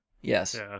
Yes